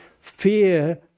fear